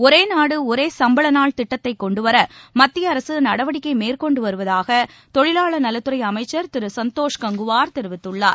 ஒரே நாடு ஒரே சும்பள நாள் திட்டத்தை கொண்டு வர மத்திய அரசு நடவடிக்கை மேற்கொண்டு வருவதாக தொழிவாளர் நலத்துறை அமைச்சர் திரு சந்தோஷ் கங்குவார் தெரிவித்துள்ளார்